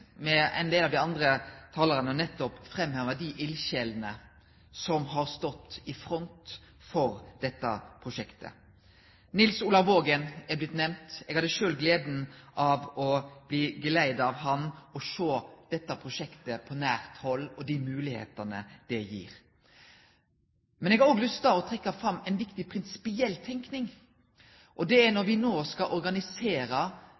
med ein del av dei andre talarane har òg eg lyst til å framheve dei eldsjelene som har stått i front for dette prosjektet. Nils Olav Vågen har blitt nemnd. Eg hadde sjølv gleda av å følgje han og få sjå dette prosjektet på nært hald, med dei moglegheitene det gir. Men eg har òg lyst til å trekkje fram ei viktig prinsipiell tenking. Det er